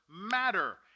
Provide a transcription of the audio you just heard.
matter